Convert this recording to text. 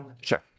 Sure